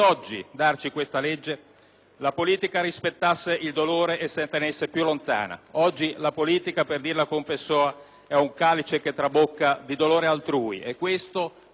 la politica rispettasse il dolore e se ne tenesse più lontana. Oggi la politica, per dirla con Pessoa, è un calice che trabocca di dolore altrui e ciò non avrebbe dovuto essere.